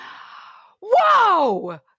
Whoa